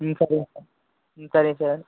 ம் சரிங்க சார் ம் சரிங்க சார்